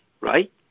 right